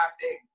topic